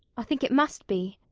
i think it must be.